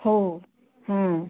ହେଉ